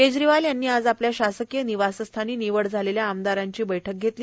केजरीवाल यांनी आज आपल्या ासकीय निवासस्थानी निवड झालेल्या आमदारांची बैठक घेतली